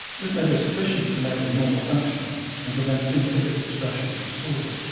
this may be sufficient to enable normal function and prevent phenotypic expression of the disorder.